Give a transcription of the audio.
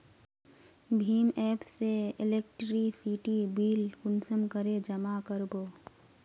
भीम app से electricity bill कुंसम करे जमा कर बो?